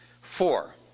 Four